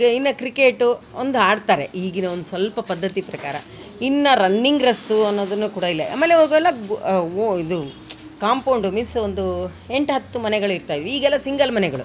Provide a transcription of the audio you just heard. ಇನ್ನು ಕ್ರಿಕೇಟು ಒಂದು ಆಡ್ತಾರೆ ಈಗಿನ ಒಂದು ಸ್ವಲ್ಪ ಪದ್ಧತಿ ಪ್ರಕಾರ ಇನ್ನು ರನ್ನಿಂಗ್ ರಸ್ಸು ಅನ್ನೋದನ್ನು ಕೂಡ ಇಲ್ಲೆ ಆಮೇಲೆ ಆವಾಗೆಲ್ಲ ಆ ಗೊ ಇದು ಕಾಂಪೋಡು ಮೀನ್ಸ್ ಒಂದು ಎಂಟು ಹತ್ತು ಮನೆಗಳು ಇರ್ತಾಯಿದ್ವು ಈಗೆಲ್ಲ ಸಿಂಗಲ್ ಮನೆಗಳು